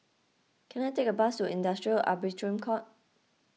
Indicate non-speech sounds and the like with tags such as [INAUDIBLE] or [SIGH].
can I take a bus to Industrial [UNINTELLIGIBLE] Court